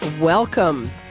welcome